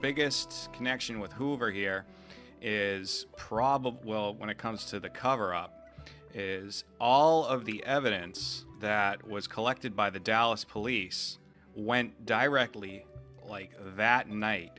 biggest connection with hoover here is probably well when it comes to the cover up is all of the evidence that was collected by the dallas police went directly that night